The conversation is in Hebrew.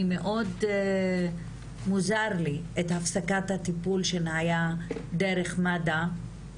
מאוד מוזר לי הפסקת הטיפול שהיה דרך מד"א,